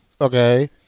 Okay